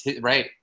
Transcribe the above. right